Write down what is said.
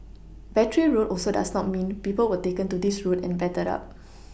Battery road also does not mean people were taken to this road and battered up